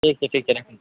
ठीक छै ठीक छै राखै